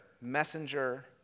messenger